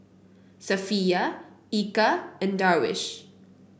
Safiya Eka and Darwish